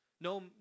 No